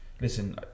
listen